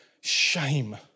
shame